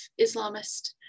Islamist